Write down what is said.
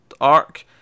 arc